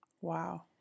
Wow